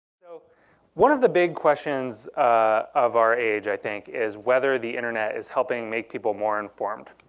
so one of the big questions ah of our age, i think, is whether the internet is helping make people more informed.